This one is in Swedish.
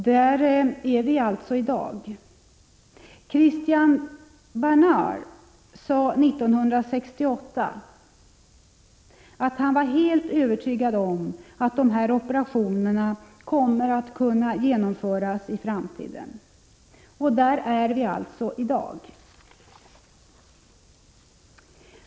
Christian Barnard sade 1968 att han var helt övertygad om att sådana operationer skulle kunna genomföras i framtiden. Där är vi alltså i dag.